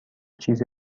چیز